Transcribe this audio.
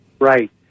Right